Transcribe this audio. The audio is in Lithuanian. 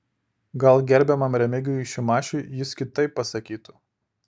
gal gerbiamam remigijui šimašiui jis kitaip pasakytų